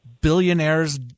billionaires